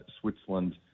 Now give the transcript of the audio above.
Switzerland